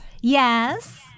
Yes